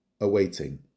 awaiting